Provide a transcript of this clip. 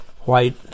white